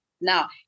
Now